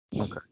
okay